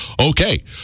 okay